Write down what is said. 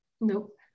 Nope